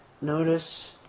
Notice